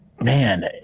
Man